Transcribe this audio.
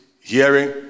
hearing